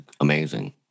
amazing